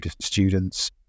students